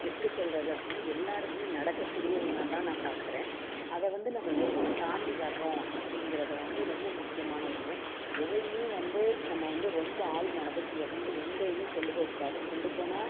எப்படிச் சொல்கிறது அப்டின்னா எல்லோருக்குமே நடக்கக்கூடிய ஒன்றா தான் நான் பார்க்குறேன் அதை வந்து நம்ம எப்படித் தாண்டி வரோம் அப்படிங்கிறத வந்து ரொம்ப முக்கியமான ஒன்று எதையுமே வந்து நம்ம வந்து ரொம்ப ஆழ்மனதுக்கு எந்த எதையுமே கொண்டுப்போகக்கூடாது கொண்டுப் போனால்